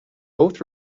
both